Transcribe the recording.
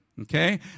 Okay